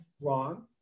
wrong